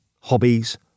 hobbies